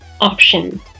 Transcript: option